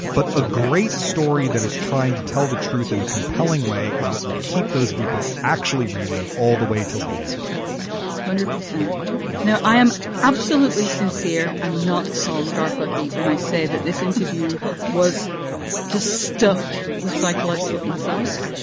yeah but a great story that is trying to tell the truth in a compelling way is what will keep those people actually reading all the way till the end hundred percent now. i am absolutely sincere and not at all star folkie when i say that this interview was just stuffed with psychological insights.